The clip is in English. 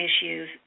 issues